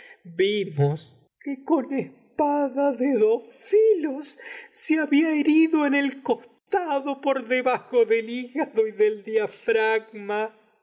tado espada de dos había herido en el cos por debajo del en hígado y del diafragma